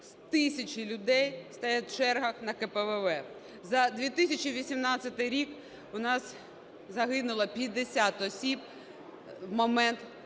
тисячі людей стоять в чергах на КПВВ. За 2018 рік у нас загинуло 50 осіб в момент перетину